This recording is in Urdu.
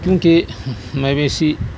کیوںکہ مویشی